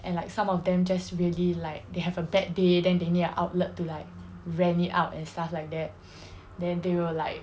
and like some of them just really like they have a bad day then they need an outlet to like rant it out and stuff like that then they will like